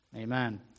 Amen